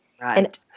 Right